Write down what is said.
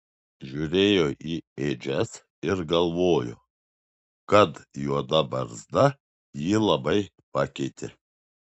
žiūrėjo į ėdžias ir galvojo kad juoda barzda jį labai pakeitė